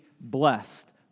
blessed